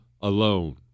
alone